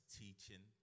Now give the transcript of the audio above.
teaching